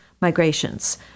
migrations